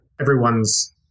everyone's